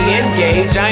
engage